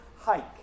hike